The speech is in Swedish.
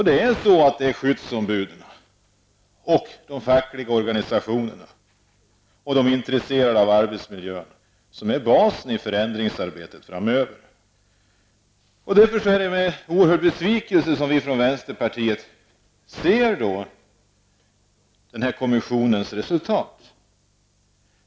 Det är skyddsombuden, de fackliga organisationerna och de som är intresserade av arbetsmiljön som är basen i förändringsarbetet framöver. Jag känner därför en oerhörd besvikelse när vi i vänsterpartiet ser kommissionens resultat.